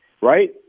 right